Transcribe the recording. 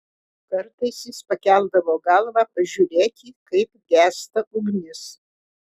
kartais jis pakeldavo galvą pažiūrėti kaip gęsta ugnis